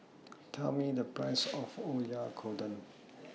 Tell Me The Price of Oyakodon